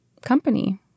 company